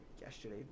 yesterday